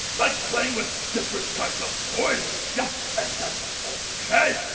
like playing with different kind of toys. yeah and that okay.